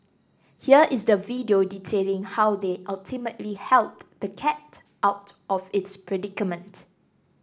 here is the video detailing how they ultimately helped the cat out of its predicament